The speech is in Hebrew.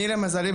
למזלי,